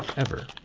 ever.